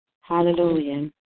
Hallelujah